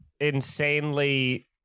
insanely